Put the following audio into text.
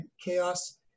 chaos